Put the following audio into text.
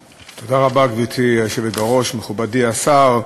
גברתי היושבת בראש, תודה רבה, מכובדי השר,